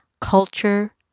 culture